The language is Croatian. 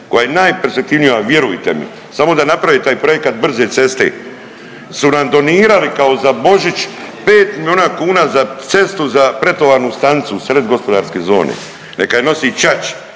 koja je najperspektivnija vjerujte mi, samo da naprave taj projekat brze ceste, su nam donirali kao za Božić pet milijuna kuna za cestu za pretovarnu stanicu u sred gospodarske zone. Neka je nosi ćaći.